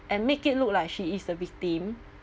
and make it look like she is the victim